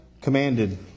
commanded